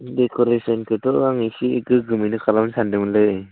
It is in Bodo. देकरेसनखौथ' आं इसे गोग्गोमैनो खालामनो सानदोंमोनलै